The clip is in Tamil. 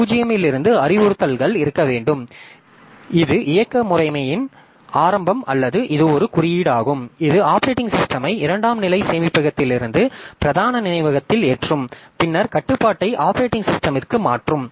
0 இலிருந்து அறிவுறுத்தல்கள் இருக்க வேண்டும் இது இயக்க முறைமையின் ஆரம்பம் அல்லது இது ஒரு குறியீடாகும் இது ஆப்பரேட்டிங் சிஸ்டம்மை இரண்டாம் நிலை சேமிப்பகத்திலிருந்து பிரதான நினைவகத்தில் ஏற்றும் பின்னர் கட்டுப்பாட்டை ஆப்பரேட்டிங் சிஸ்டமிற்கு மாற்றும்